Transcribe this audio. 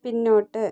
പിന്നോട്ട്